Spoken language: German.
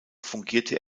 fungierte